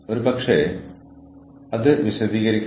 ഇതാണ് നമ്മൾ ഇവിടെ സംസാരിക്കുന്നത്